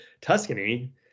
Tuscany